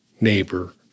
neighbor